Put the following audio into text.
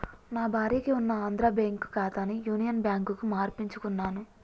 నా భార్యకి ఉన్న ఆంధ్రా బ్యేంకు ఖాతాని యునియన్ బ్యాంకుకు మార్పించుకున్నాను